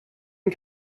and